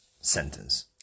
sentence